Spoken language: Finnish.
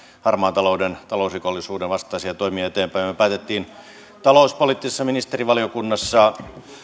harmaan talouden talousrikollisuuden vastaisia toimia eteenpäin me päätimme talouspoliittisessa ministerivaliokunnassa